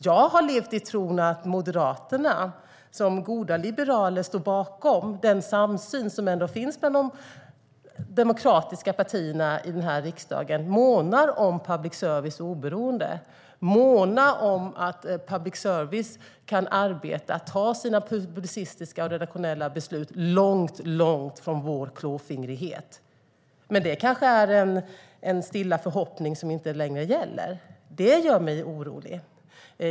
Jag har levt i tron att Moderaterna som goda liberaler står bakom den samsyn som ändå finns bland de demokratiska partierna i den här riksdagen och månar om public service oberoende, månar om att public service kan arbeta och ta sina publicistiska och redaktionella beslut långt, långt från vår klåfingrighet. Men det kanske är en stilla förhoppning som inte längre gäller. Det gör mig orolig.